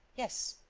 yes.